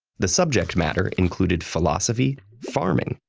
the subject matter included philosophy, farming,